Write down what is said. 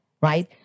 Right